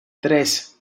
tres